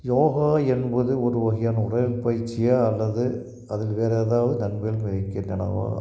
யோகா என்பது ஒரு வகையான உடற்பயிற்சியா அல்லது அதில் வேறு ஏதாவது நன்மைகள் வகிக்கின்றனவா